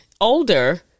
older